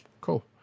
cool